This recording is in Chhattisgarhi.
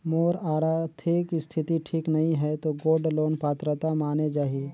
मोर आरथिक स्थिति ठीक नहीं है तो गोल्ड लोन पात्रता माने जाहि?